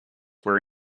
were